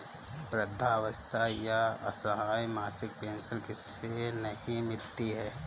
वृद्धावस्था या असहाय मासिक पेंशन किसे नहीं मिलती है?